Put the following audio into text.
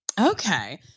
Okay